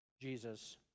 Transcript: Jesus